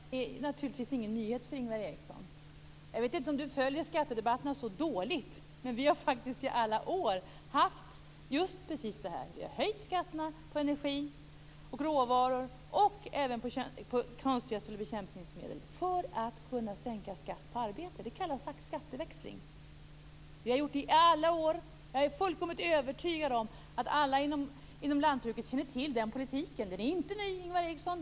Fru talman! Det här är naturligtvis inga nyheter för Ingvar Eriksson. Jag vet inte om du följer skattedebatterna så dåligt, men vi har faktiskt i alla år haft det här på programmet. Vi har höjt skatterna på energi och råvaror, och även på konstgödsel och bekämpningmedel, för att kunna sänka skatten på arbete. Det kallas att skatteväxla. Vi har gjort det i alla år. Jag är fullkomligt övertygad om att alla inom lantbruket känner till den politiken. Den är inte ny, Ingvar Eriksson.